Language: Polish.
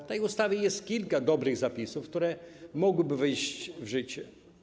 W tej ustawie jest kilka dobrych zapisów, które mogłyby wejść w życie.